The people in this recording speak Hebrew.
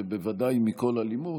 ובוודאי מכל אלימות.